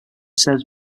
serves